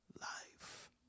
life